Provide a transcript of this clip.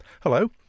Hello